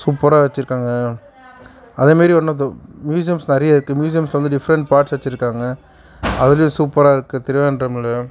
சூப்பராக வச்சுருக்காங்க அதே மாதிரி ஒன் ஆஃப் த மியூஸியம்ஸ் நிறைய இருக்குது மியூசியம் வந்து டிஃபரெண்ட் பார்ட்ஸ் வச்சு இருக்காங்க அதுலேயும் சூப்பராக இருக்கிறது திருவேன்றமில்